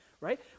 right